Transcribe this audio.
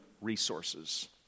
resources